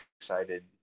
excited